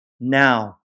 now